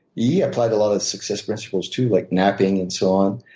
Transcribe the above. yeah applied a lot of the success principles, too, like napping and so on.